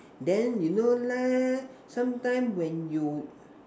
then you know lah sometime when you